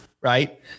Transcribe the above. right